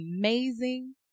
amazing